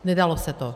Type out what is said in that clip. Nedalo se to.